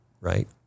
right